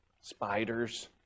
Spiders